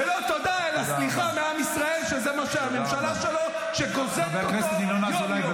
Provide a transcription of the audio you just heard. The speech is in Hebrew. עוד מישהו אתה רוצה שאני אגיד שהוא